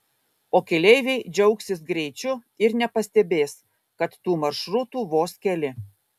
o keleiviai džiaugsis greičiu ir nepastebės kad tų maršrutų vos keli